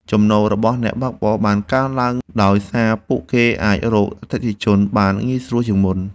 ចំណូលរបស់អ្នកបើកបរបានកើនឡើង ដោយសារពួកគេអាចរកអតិថិជនបានងាយស្រួលជាងមុន។